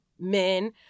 men